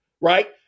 Right